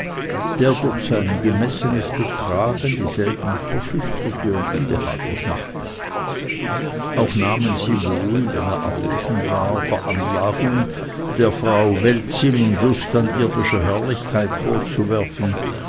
der durch sein gemessenes betragen dieselben verschüchterte und unbehaglich machte auch nahmen sie wohl wenn er abwesend war veranlassung der frau weltsinn und lust an irdischer herrlichkeit vorzuwerfen